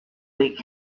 week